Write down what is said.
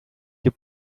your